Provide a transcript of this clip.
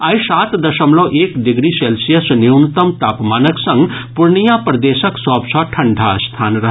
आइ सात दशमलव एक डिग्री सेल्सियस न्यूनतम तापमानक संग पूर्णिया प्रदेशक सभ सॅ ठंडा स्थान रहल